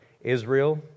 Israel